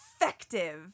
effective